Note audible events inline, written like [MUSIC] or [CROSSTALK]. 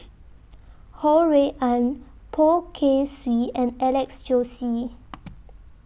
Ho Rui An Poh Kay Swee and Alex Josey [NOISE]